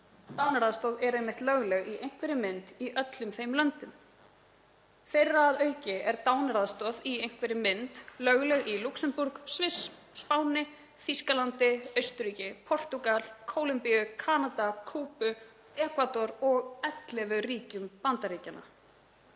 Dánaraðstoð er einmitt lögleg í einhverri mynd í öllum þeim löndum. Þar að auki er dánaraðstoð í einhverri mynd lögleg í Lúxemborg, Sviss, Spáni, Þýskalandi, Austurríki, Portúgal, Kólumbíu, Kanada, Kúbu, Ekvador og 11 ríkjum Bandaríkjanna.